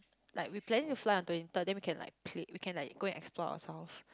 like we planning to fly on twenty third then we can like play we can like go and explore ourselves